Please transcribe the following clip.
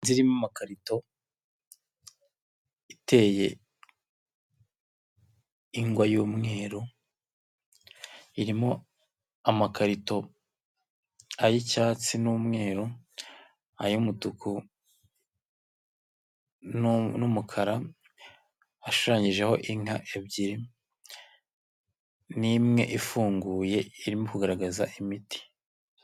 inzu irimo amakarito iteye ingwa y'umweru. irimo amakarito, ay'icyatsi n'umweru, ay'umutuku n'umukara, ashushanyijeho inka ebyiri n'imwe ifunguye irimo kugaragaza imiti.